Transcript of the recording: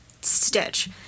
stitch